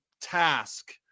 task